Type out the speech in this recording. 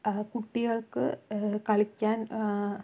കുട്ടികൾക്ക് കളിക്കാൻ